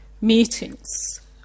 meetings